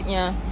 ya